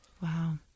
Wow